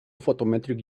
photometric